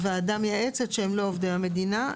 ועדה מייעצת שהם לא עובדי המדינה,